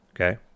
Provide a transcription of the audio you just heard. Okay